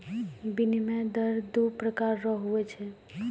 विनिमय दर दू प्रकार रो हुवै छै